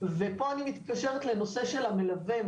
פה אני מתקשרת לנושא של המלווה.